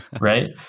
right